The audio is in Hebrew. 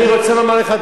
אני רוצה לומר לך,